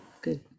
good